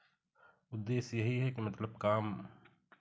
उद्देश्य यही है कि मतलब काम